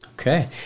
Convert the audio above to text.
Okay